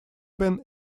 been